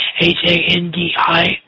H-A-N-D-I